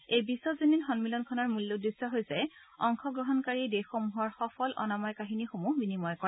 এই বিশ্বজনীন সম্মিলনখনৰ মূল উদ্দেশ্য হৈছে অংশগ্ৰহণকাৰী দেশসমূহৰ সফল অনাময় কাহিনীসমূহ বিনিময় কৰা